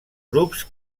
grups